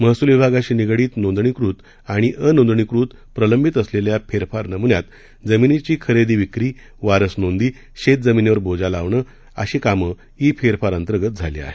महसूल विभागाशी निगडित नोंदणीकृत आणि अनोंदणीकृत प्रलंबित असलेल्या फेरफार नमुन्यात जमिनीची खरेदी विक्री वारस नोंदी शेत जमिनीवर बोजा लावणं अशी कामं ई फेरफार अंतर्गत झाली आहेत